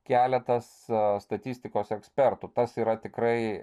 keletas statistikos ekspertų tas yra tikrai